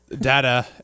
data